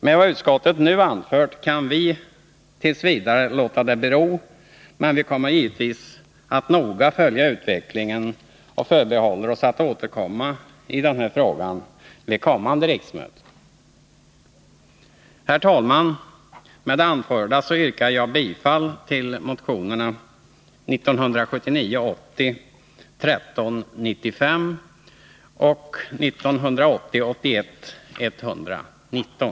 Med vad utskottet nu anfört kan vi t. v. låta det bero, men vi kommer givetvis att noga följa utvecklingen och förbehåller oss att återkomma i den här frågan vid kommande riksmöten. Herr talman! Med det anförda yrkar jag bifall till motionerna 1979 81:119.